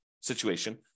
situation